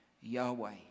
Yahweh